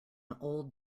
old